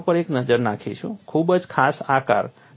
આપણે તેના ઉપર એક નજર નાખીશું ખૂબ જ ખાસ આકાર